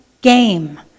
game